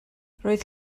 roedd